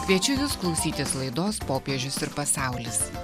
kviečiu jus klausytis laidos popiežius ir pasaulis